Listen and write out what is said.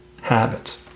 habits